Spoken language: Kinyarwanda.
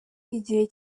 igihe